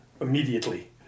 immediately